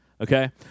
Okay